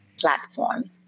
platform